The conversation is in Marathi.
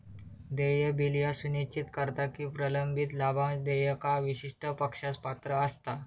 देय बिल ह्या सुनिश्चित करता की प्रलंबित लाभांश देयका विशिष्ट पक्षास पात्र असता